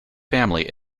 family